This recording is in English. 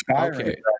Okay